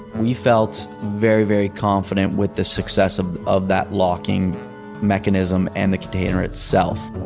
we felt very very confident with the success of of that locking mechanism and the container itself